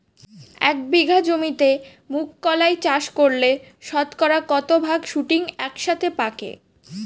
এক বিঘা জমিতে মুঘ কলাই চাষ করলে শতকরা কত ভাগ শুটিং একসাথে পাকে?